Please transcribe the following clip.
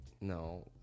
No